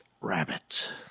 rabbit